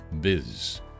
Biz